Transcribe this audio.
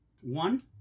One